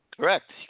Correct